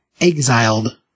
exiled